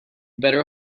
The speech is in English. better